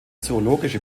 zoologische